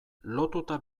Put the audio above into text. lotuta